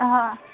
অ